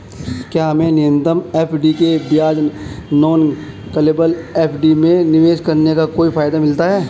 क्या हमें नियमित एफ.डी के बजाय नॉन कॉलेबल एफ.डी में निवेश करने का कोई फायदा मिलता है?